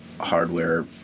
hardware